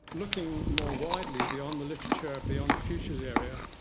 looking more widely beyond the literature, beyond the futures area,